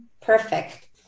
perfect